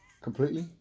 Completely